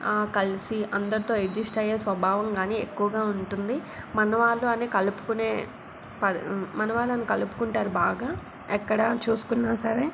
కలిసి అందరితో ఎడ్జస్ట్ అయ్యే స్వభావం కానీ ఎక్కువగా ఉంటుంది మన వాళ్ళు అనే కలుపుకునే మనవాళ్ళు అని కలుపుకుంటారు బాగా ఎక్కడ చూసుకున్నా సరే